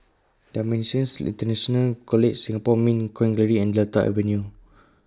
DImensions International College Singapore Mint Coin Gallery and Delta Avenue